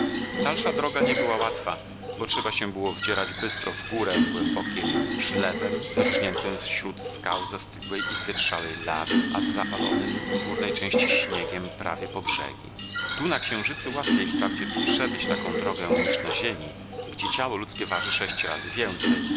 dalsza droga nie była łatwa bo trzeba się było wdzierać bystro w górę głębokim żlebem wyrżniętym wśród skał zastygłej i zwietrzałej lawy a zawalonym w górnej części śniegiem prawie po brzegi tu na księżycu łatwiej wprawdzie przebyć taką drogę niż na ziemi gdzie ciało ludzkie waży sześć razy więcej